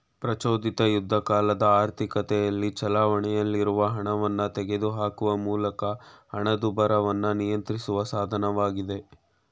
ಪ್ರಚೋದಿತ ಯುದ್ಧಕಾಲದ ಆರ್ಥಿಕತೆಯಲ್ಲಿ ಚಲಾವಣೆಯಲ್ಲಿರುವ ಹಣವನ್ನ ತೆಗೆದುಹಾಕುವ ಮೂಲಕ ಹಣದುಬ್ಬರವನ್ನ ನಿಯಂತ್ರಿಸುವ ಸಾಧನವಾಗಿದೆ